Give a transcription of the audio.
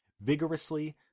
vigorously